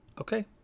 Okay